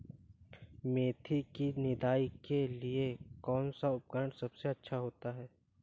मेथी की निदाई के लिए कौन सा उपकरण सबसे अच्छा होता है?